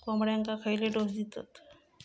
कोंबड्यांक खयले डोस दितत?